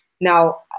Now